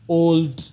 old